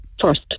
First